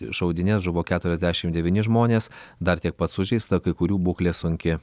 šaudynes žuvo keturiasdešim devyni žmonės dar tiek pat sužeista kai kurių būklė sunki